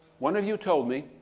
one of you told me